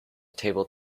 table